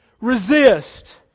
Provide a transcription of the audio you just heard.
Resist